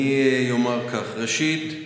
אני אומר כך: ראשית,